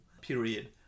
period